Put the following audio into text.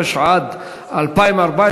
התשע"ד 2014,